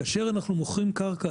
כאשר אנחנו מוכרים קרקע,